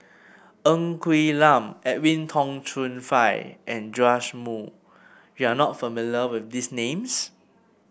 Ng Quee Lam Edwin Tong Chun Fai and Joash Moo you are not familiar with these names